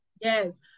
yes